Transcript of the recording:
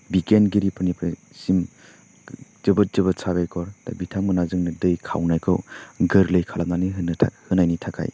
बिगियान गिरिफोरनिफ्राय सिम जोबोद जोबोद साबायखर दा बिथां मोनहा जोंनो दै खावनायखौ गोरलै खालामनानै होनो थाह होनायनि थाखाय